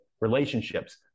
relationships